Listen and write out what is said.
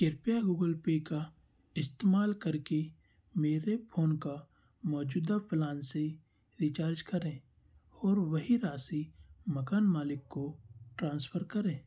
कृपया Google Pay का इस्तेमाल करके मेरे फोन का मौजूदा प्लान से रिचार्ज करें और वही राशि मकान मालिक को ट्रांसफ़र करें